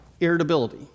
irritability